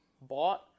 bought